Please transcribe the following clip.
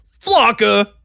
Flocka